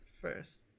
first